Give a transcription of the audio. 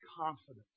confidence